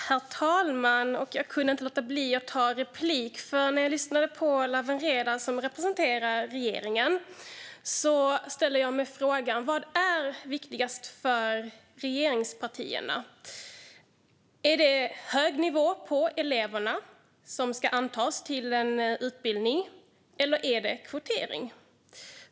Herr talman! Jag kunde inte låta bli att ta replik. När jag lyssnade på Lawen Redar, som representerar regeringen, ställde jag mig frågan: Vad är viktigast för regeringspartierna? Är det hög nivå på de elever som ska antas till en utbildning, eller är det kvotering?